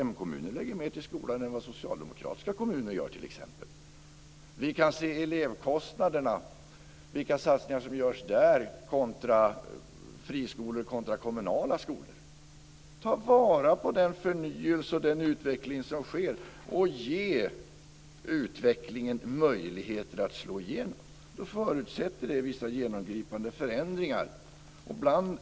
M-kommuner lägger mer på skolan än vad socialdemokratiska kommuner gör, t.ex. Vi kan se på elevkostnaderna och vilka satsningar som görs där i friskolor kontra kommunala skolor. Ta vara på den förnyelse och den utveckling som sker och ge utvecklingen möjligheter att slå igenom! Det förutsätter vissa genomgripande förändringar.